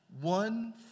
one